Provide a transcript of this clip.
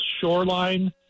shoreline